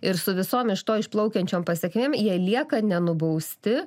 ir su visom iš to išplaukiančiom pasekmėm jie lieka nenubausti